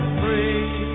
free